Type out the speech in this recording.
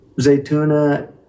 Zaytuna